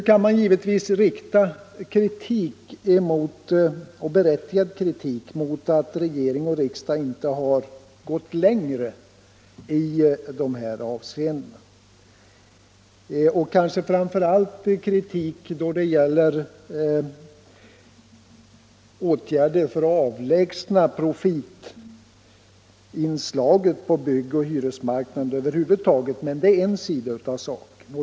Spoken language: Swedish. Man kan givetvis rikta berättigad kritik mot att regering och riksdag inte gått längre i dessa avseenden, framför allt när det gäller åtgärder för att över huvud taget avlägsna profitinslagen på byggoch hyresmarknaden. Men det är den ena sidan av saken.